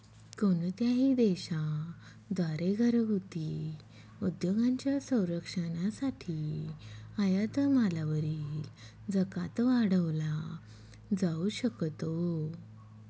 कोणत्याही देशा द्वारे घरगुती उद्योगांच्या संरक्षणासाठी आयात मालावरील जकात वाढवला जाऊ शकतो